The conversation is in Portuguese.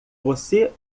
você